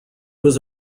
was